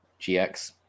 GX